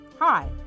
Hi